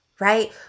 Right